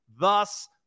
thus